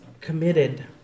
committed